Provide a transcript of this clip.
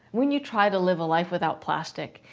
when you try to live a life without plastic,